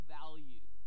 value